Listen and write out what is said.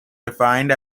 defined